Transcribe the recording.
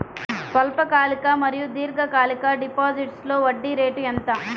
స్వల్పకాలిక మరియు దీర్ఘకాలిక డిపోజిట్స్లో వడ్డీ రేటు ఎంత?